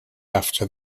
after